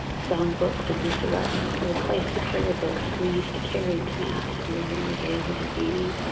songbooks and missalettes replaced the prayer books we used to carry into mass, wearing our veils or beanies.